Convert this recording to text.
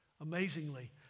Amazingly